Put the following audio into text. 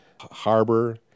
harbor